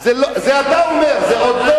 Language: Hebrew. זה אתה אומר.